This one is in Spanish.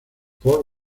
fort